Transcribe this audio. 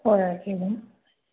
ओ एवम्